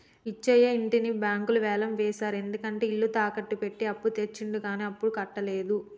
పిచ్చయ్య ఇంటిని బ్యాంకులు వేలం వేశారు ఎందుకంటే ఇల్లు తాకట్టు పెట్టి అప్పు తెచ్చిండు కానీ అప్పుడు కట్టలేదు